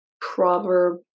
proverb